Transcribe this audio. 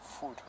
food